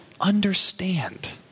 understand